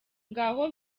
ngaho